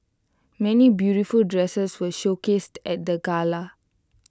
many beautiful dresses were showcased at the gala